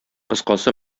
кыскасы